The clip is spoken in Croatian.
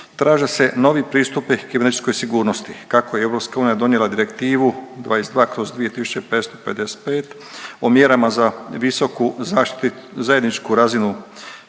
traže se novi pristupiti kibernetičkoj sigurnosti. Kako je EU donijela Direktivu 22/2555 o mjerama za visoku zajedničku razinu